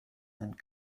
and